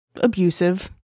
abusive